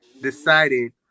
decided